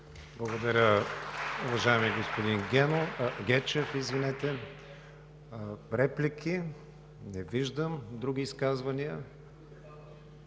Благодаря Ви, уважаеми господин Гечев. Реплики? Не виждам. Други изказвания?